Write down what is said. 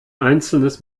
einzelnes